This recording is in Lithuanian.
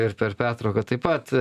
ir per pertrauką taip pat